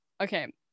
Okay